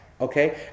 Okay